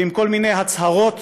ועם כל מיני הצהרות